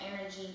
energy